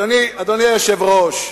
אדוני היושב-ראש,